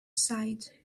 side